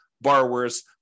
borrowers